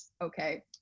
okay